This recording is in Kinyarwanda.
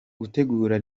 gutegura